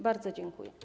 Bardzo dziękuję.